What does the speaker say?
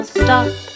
stop